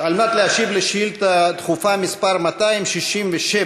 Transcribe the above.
על מנת להשיב על שאילתה דחופה מס' 267